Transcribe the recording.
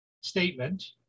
statement